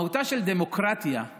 מהותה של דמוקרטיה היא